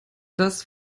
das